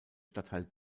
stadtteil